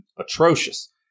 Atrocious